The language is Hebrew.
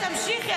תמשיכי.